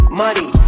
money